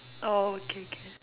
orh okay okay